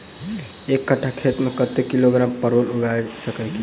एक कट्ठा खेत मे कत्ते किलोग्राम परवल उगा सकय की??